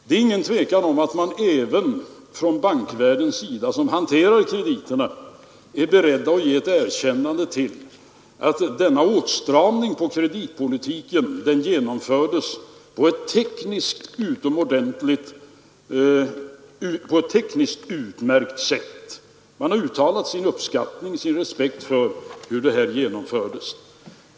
Det är intet tvivel om att man även från bankvärlden, som hanterar krediterna, är beredd att erkänna att denna åtstramning av kreditpolitiken genomfördes på ett tekniskt utmärkt sätt. Man har uttalat sin uppskattning och sin respekt för hur den genomfördes.